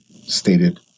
stated